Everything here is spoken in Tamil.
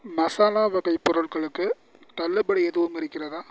மசாலா வகை பொருட்களுக்கு தள்ளுபடி எதுவும் இருக்கிறதா